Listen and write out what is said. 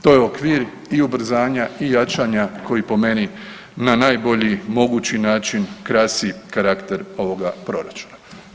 To je okvir i ubrzanja i jačanja koji po meni na najbolji mogući način krasi karakter ovoga proračuna.